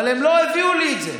אבל הם לא הביאו לי את זה.